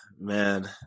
Man